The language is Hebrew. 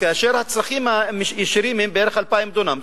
והצרכים הישירים הם בערך 2,000 דונם,